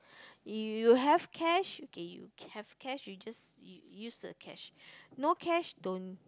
you have cash okay you have cash you just u~ use the cash no cash don't